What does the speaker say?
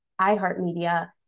iHeartMedia